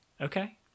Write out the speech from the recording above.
Okay